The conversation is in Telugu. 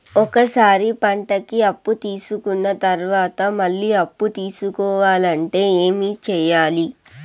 ఒక సారి పంటకి అప్పు తీసుకున్న తర్వాత మళ్ళీ అప్పు తీసుకోవాలంటే ఏమి చేయాలి?